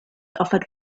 offered